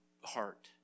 heart